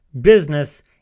business